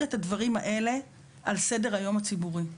את הדברים האלה על סדר-היום הציבורי.